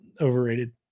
Overrated